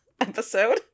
episode